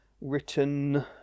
written